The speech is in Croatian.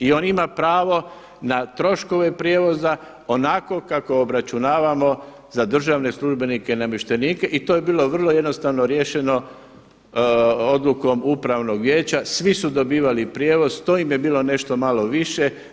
I on ima pravo na troškove prijevoza onako kako obračunavamo za državne službenike i namještenike i to je bilo vrlo jednostavno riješeno odlukom upravnog vijeća, svi su dobivali prijevoz to im je bilo nešto malo više.